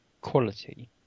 quality